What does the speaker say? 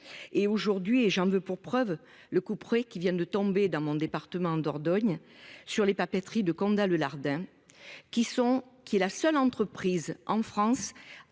Et aujourd'hui, et j'en veux pour preuve le couperet qui viennent de tomber dans mon département en Dordogne sur les papeteries de Condat-le Lardin. Qui sont qui la seule entreprise en France